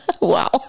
Wow